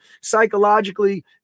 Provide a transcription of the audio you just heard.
psychologically